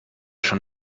schon